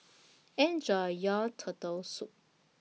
Enjoy your Turtle Soup